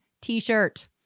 t-shirt